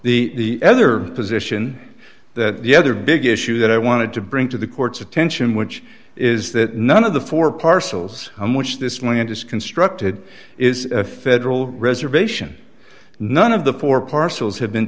wrong the other position that the other big issue that i wanted to bring to the court's attention which is that none of the four parcels from which this land is constructed is a federal reservation none of the four parcels have been